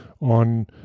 on